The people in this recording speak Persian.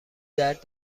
درد